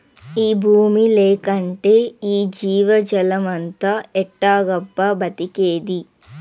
ఈ బూమి లేకంటే ఈ జీవజాలమంతా ఎట్టాగబ్బా బతికేది